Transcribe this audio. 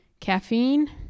caffeine